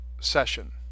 session